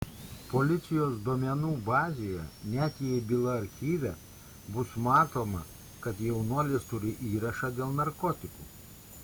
policijos duomenų bazėje net jei byla archyve bus matoma kad jaunuolis turi įrašą dėl narkotikų